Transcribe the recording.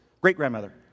great-grandmother